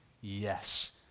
Yes